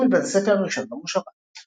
הקים את בית הספר הראשון במושבה.